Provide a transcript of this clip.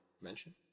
mention